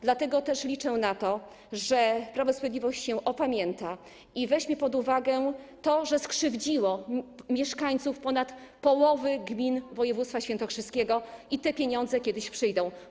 Dlatego też liczę na to, że Prawo i Sprawiedliwości się opamięta i weźmie pod uwagę to, że skrzywdziło mieszkańców ponad połowy gmin województwa świętokrzyskiego, i te pieniądze kiedyś przyjdą.